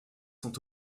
sont